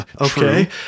Okay